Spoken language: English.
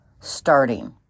starting